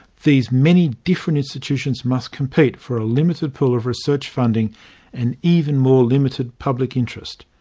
these many different institutions must compete for a limited pool of research funding and even more limited public interest.